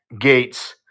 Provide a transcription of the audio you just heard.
Gates